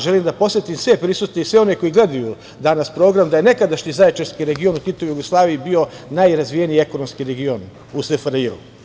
Želim da podsetim sve prisutne i sve one koji gledaju danas program da je nekadašnji Zaječarski region u Titovoj Jugoslaviji bio najrazvijeniji ekonomski region u SFRJ.